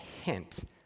hint